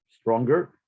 stronger